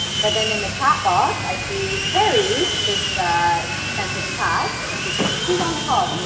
but then in the chat box, i see terry just sent a chat, she's saying who's on the call?